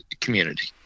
community